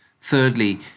Thirdly